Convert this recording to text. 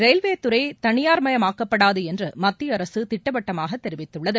ரயில்வேத்துறைதனியார்மயமாக்கப்படாதுஎன்றுமத்தியஅரசுதிட்டவட்டமாகதெரிவித்துள்ளது